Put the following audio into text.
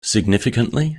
significantly